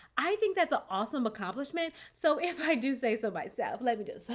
i think that's an awesome accomplishment. so if i do say so myself, let me do this,